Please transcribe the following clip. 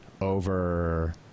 over